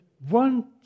One